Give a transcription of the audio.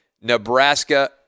Nebraska